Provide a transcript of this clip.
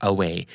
Away